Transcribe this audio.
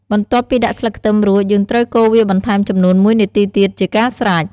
បន្ទាប់ពីដាក់់ស្លឹកខ្ទឹមរួច យើងត្រូវកូរវាបន្ថែមចំនួន១នាទីទៀតជាការស្រេច។